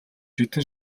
хэдэн